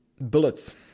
bullets